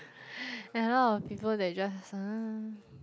there are a lot of people that just